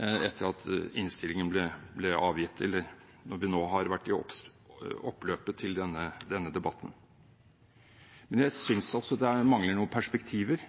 etter at innstillingen ble avgitt og vi har vært i oppløpet til denne debatten. Men jeg synes det mangler noen perspektiver.